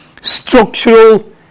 structural